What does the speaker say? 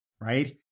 right